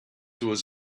was